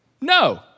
No